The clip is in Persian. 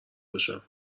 باشم